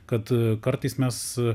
kad kartais mes